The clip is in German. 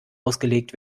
ausgelegt